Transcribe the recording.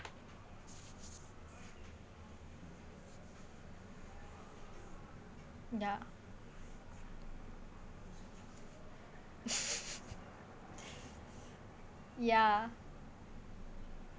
ya ya